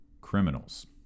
criminals